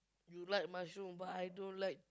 you like mushroom but I don't like